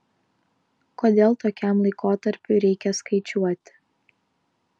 kodėl tokiam laikotarpiui reikia skaičiuoti